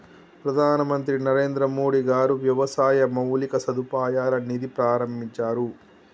ప్రధాన మంత్రి నరేంద్రమోడీ గారు వ్యవసాయ మౌలిక సదుపాయాల నిధి ప్రాభించారు